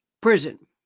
prison